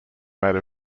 made